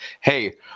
hey